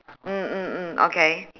mm mm mm okay